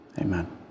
Amen